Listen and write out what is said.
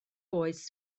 oes